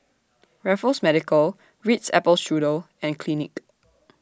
Raffles Medical Ritz Apple Strudel and Clinique